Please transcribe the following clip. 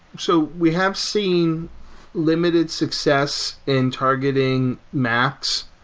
so we have seen limited success in targeting macs.